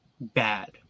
Bad